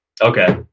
okay